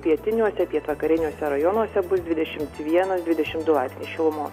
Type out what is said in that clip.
pietiniuose pietvakariniuose rajonuose bus dvidešimt vienas dvidešim du laipsniai šilumos